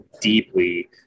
deeply